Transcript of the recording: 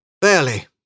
Barely